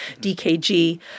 DKG